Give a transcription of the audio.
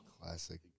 Classic